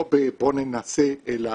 לא ב'בוא ננסה', אלא